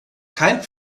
kein